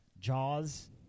Jaws